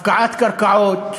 הפקעת קרקעות,